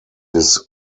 his